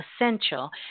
essential